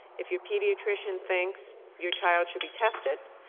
if your pediatrician thinks your child should be tested,